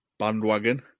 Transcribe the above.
bandwagon